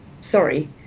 sorry